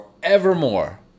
Forevermore